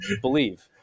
believe